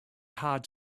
hard